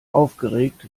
aufgeregt